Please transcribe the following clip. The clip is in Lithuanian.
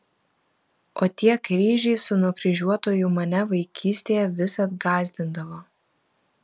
o tie kryžiai su nukryžiuotuoju mane vaikystėje visad gąsdindavo